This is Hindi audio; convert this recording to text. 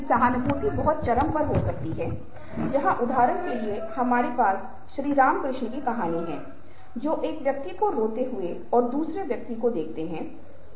संदर्भ बहुत भिन्न हो सकता है और इस पर निर्भर करता है कि आप कहां बात कर रहे हैं कि आप एक लिफ्ट में बात कर रहे हैं आप भीड़ में बात कर रहे हैं आप एक बड़े कमरे में बात कर रहे हैं हो सकता है